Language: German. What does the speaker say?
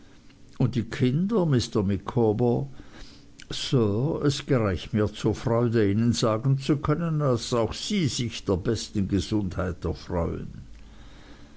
und die kinder mr micawber sir es gereicht mir zur freude ihnen sagen zu können daß auch sie sich der besten gesundheit erfreuen